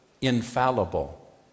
infallible